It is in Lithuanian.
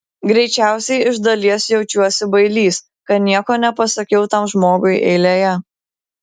greičiausiai iš dalies jaučiuosi bailys kad nieko nepasakiau tam žmogui eilėje